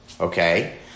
okay